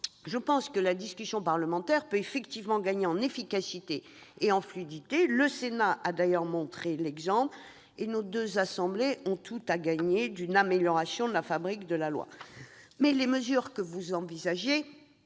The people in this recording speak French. Gouvernement. La discussion parlementaire peut effectivement gagner en efficacité et en fluidité- le Sénat a d'ailleurs montré l'exemple. Nos deux assemblées ont tout à gagner d'une amélioration de la fabrique de la loi. Toutefois, les mesures envisagées